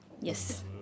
Yes